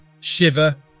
Shiver